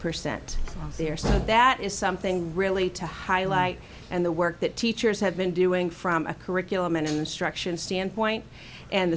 percent there that is something really to highlight and the work that teachers have been doing from a curriculum and instruction standpoint and the